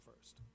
first